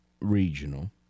regional